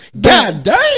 Goddamn